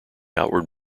outward